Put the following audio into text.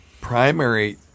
primary